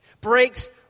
breaks